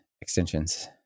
extensions